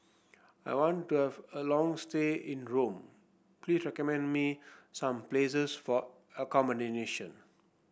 I want to have a long stay in Rome please recommend me some places for accommodation